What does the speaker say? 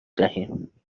دهیم